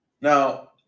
Now